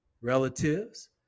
relatives